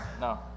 No